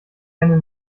keine